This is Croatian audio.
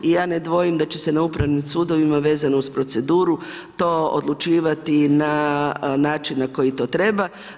I ja ne dvojim da će se na upravnim sudovima, vezano uz proceduru, to odlučivati na način na koji to treba.